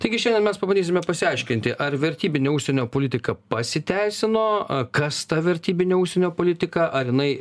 taigi šiandien mes pabandysime pasiaiškinti ar vertybinė užsienio politika pasiteisino kas ta vertybinė užsienio politika ar jinai